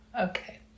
Okay